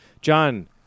john